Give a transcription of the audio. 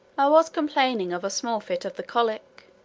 i was complaining of a small fit of the colic,